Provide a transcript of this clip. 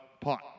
pot